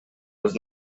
was